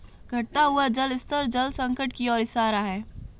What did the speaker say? घटता हुआ जल स्तर जल संकट की ओर इशारा है